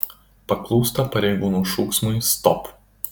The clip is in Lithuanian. paklūsta pareigūnų šūksmui stop